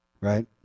Right